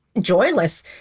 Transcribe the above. joyless